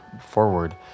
forward